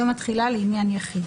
יום התחילה לעניין יחיד).